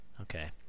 okay